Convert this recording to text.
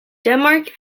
denmark